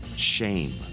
shame